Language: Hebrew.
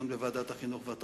היא גוברת על כל דבר אחר.